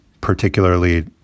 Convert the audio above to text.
particularly